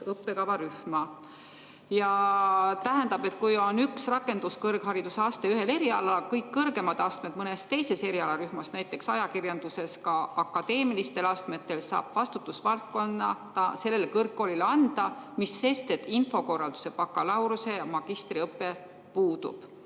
õppekavarühma. Tähendab, kui on üks rakenduskõrghariduse aste ühel erialal, kõik kõrgemad astmed mõnes teises erialarühmas, näiteks ajakirjanduses ka akadeemilistel astmetel, saab vastutusvaldkonna sellele kõrgkoolile anda, mis sest, et infokorralduse bakalaureuse- ja magistriõpe puudub.